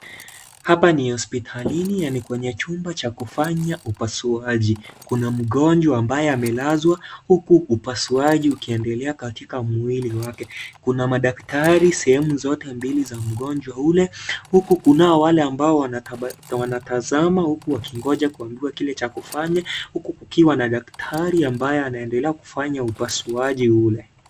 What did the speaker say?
Haa ni hospitalini, pia ni kwenye chumba cha kufanya upasuaji, kuna mgonjwa ambaye amelazwa, huku upasuaji ukiendelea katika mwili wake, kuna madaktari sehemu zote mbili za mgonjwa ule, huku kunao wale wanataba, wanatazama wakingoja kuambiwa kile cha kufanya, huku kukiwa na daktari akiendelea upasuaji ule.